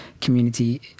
community